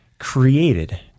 Created